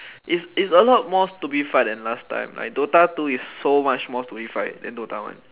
it's it's a lot more stupefied than last time like DOTA two is so much more stupefied than DOTA one